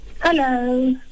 Hello